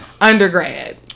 undergrad